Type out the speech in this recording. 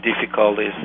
difficulties